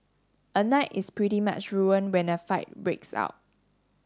a night is pretty much ruined when a fight breaks out